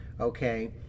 okay